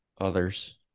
others